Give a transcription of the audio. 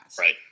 Right